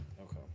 okay